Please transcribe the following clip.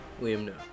William